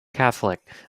catholic